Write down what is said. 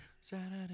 Saturday